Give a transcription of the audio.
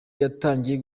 yatangiye